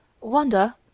Wanda—